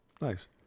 Nice